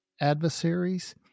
adversaries